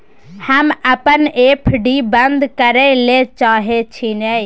हम अपन एफ.डी बंद करय ले चाहय छियै